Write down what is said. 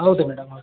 ಹೌದು ಮೇಡಮ್ ಹೌದು